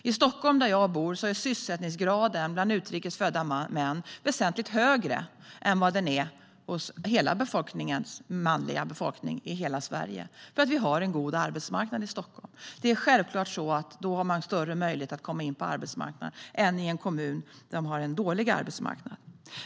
I Stockholm, där jag bor, är sysselsättningsgraden bland utrikes födda män väsentligt högre än vad den är hos den manliga befolkningen i hela Sverige, för vi har en god arbetsmarknad i Stockholm. Där har man självklart större möjlighet att komma in på arbetsmarknaden än i en kommun som har en dålig arbetsmarknad.